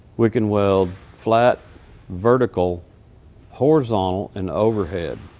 we can weld flat vertical horizontal and overhead.